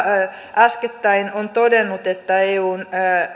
äskettäin on todennut että eun